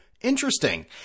interesting